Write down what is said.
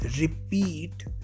repeat